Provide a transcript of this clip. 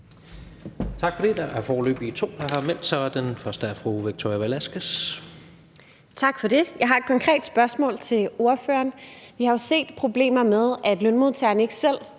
Den første er fru Victoria Velasquez. Kl. 16:50 Victoria Velasquez (EL): Tak for det. Jeg har et konkret spørgsmål til ordføreren. Vi har jo set problemer med, at modtageren ikke selv